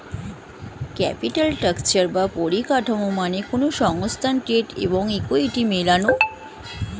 capital structure বা পরিকাঠামো মানে কোনো সংস্থার ডেট এবং ইকুইটি মেলানো